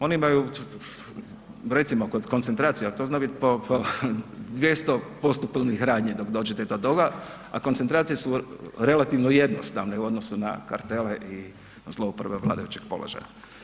Oni imaju recimo kod koncentracija to zna biti po, po 200 postupovnih radnji dok dođete do toga, a koncentracije su relativno jednostavne u odnosu na kartele i zlouporabe vladajućeg položaja.